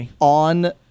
on